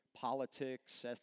politics